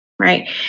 Right